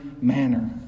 manner